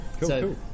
cool